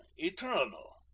eternal?